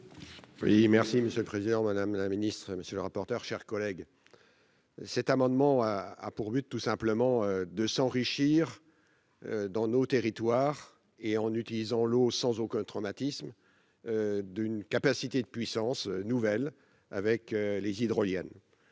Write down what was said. Oui, merci Monsieur le Président, Madame la Ministre, monsieur le rapporteur, chers collègues, cet amendement a pour but, tout simplement de s'enrichir dans nos territoires et en utilisant l'eau sans aucun traumatisme d'une capacité de puissance nouvelle avec les hydroliennes